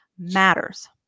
matters